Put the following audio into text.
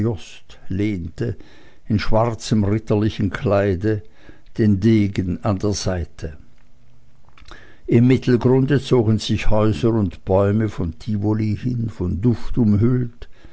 in schwarzem ritterlichen kleide den degen an der seite im mittelgrunde zogen sich häuser und bäume von tivoli hin von duft umhüllt